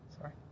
Sorry